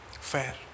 fair